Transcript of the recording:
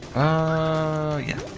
aww ye